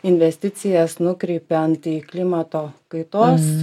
investicijas nukreipiant į klimato kaitos